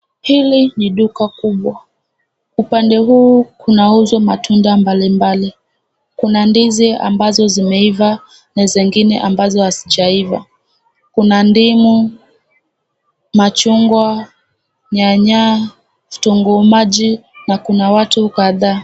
Hili ni duka kubwa, upande huu kunauzwa matunda mbalimbali. Kuna ndizi ambazo zimeiva na zingine ambazo hazijaiva. Kuna ndimu, machungwa, nyanya, kitunguu maji na kuna watu kadhaa.